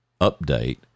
update